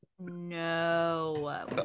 no